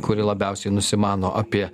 kuri labiausiai nusimano apie